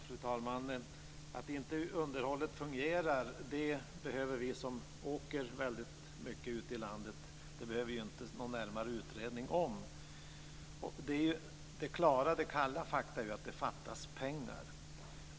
Fru talman! Att inte underhållet fungerar behöver vi som åker mycket ute i landet inte någon närmare utredning om. Kalla fakta är att det fattas pengar.